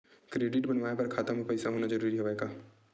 Credit बनवाय बर खाता म पईसा होना जरूरी हवय का?